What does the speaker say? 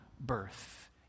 birth